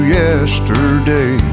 yesterday